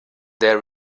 there